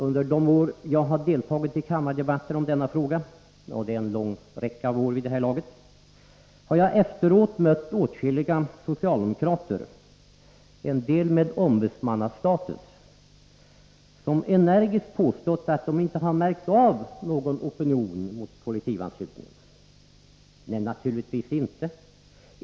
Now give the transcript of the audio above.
Under de år jag deltagit i kammardebatterna om denna fråga — det är en lång räcka av år vid det här laget — har jag efteråt mött åtskilliga socialdemokrater, en del med ombudsmannastatus, som energiskt påstått att de inte har märkt av någon opinion mot kollektivanslutningen. Nej, naturligtvis inte!